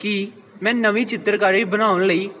ਕਿ ਮੈਂ ਨਵੀਂ ਚਿੱਤਰਕਾਰੀ ਬਣਾਉਣ ਲਈ